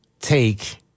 take